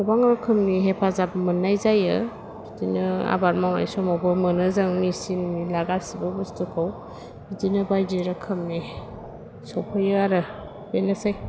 गोबां रोखोमनि हेफाजाब मोननाय जायो बिदिनो आबाद मावनाय समावबो मोनो जों मेसिन गासिबो बुस्थुखौ बिदिनो बायदि रोखोमनि सफैयो आरो बेनोसै